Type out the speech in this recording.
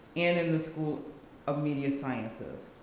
and in the school of media sciences.